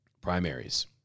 Primaries